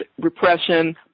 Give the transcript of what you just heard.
repression